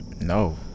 No